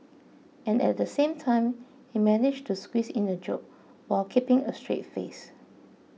and at the same time he managed to squeeze in a joke while keeping a straight face